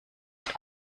und